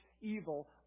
evil